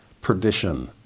perdition